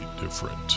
different